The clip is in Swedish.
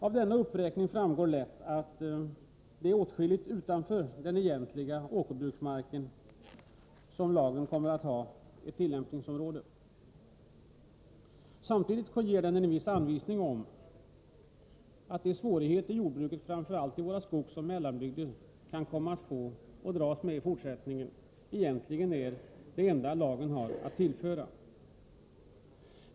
Av denna uppräkning framgår lätt att det är åtskillig mark utanför den egentliga åkerbruksmarken som kommer att omfattas av denna lag. Samtidigt ger den anvisning om de svårigheter jordbruket, framför allt i våra skogsoch mellanbygder, kan komma att få dras med i fortsättningen. Detta är egentligen det enda lagen har att tillföra.